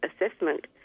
Assessment